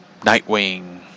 Nightwing